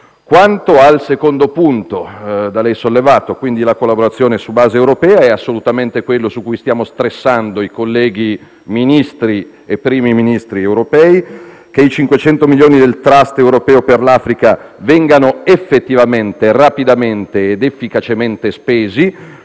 Quanto al secondo punto da lei sollevato in merito alla collaborazione su base europea, è quello su cui stiamo stressando i colleghi Ministri e Primi Ministri europei affinché i 500 milioni del Trust europeo per l'Africa vengano effettivamente, rapidamente ed efficacemente spesi,